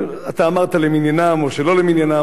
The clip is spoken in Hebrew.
אתה אמרת למניינם או שלא למניינם,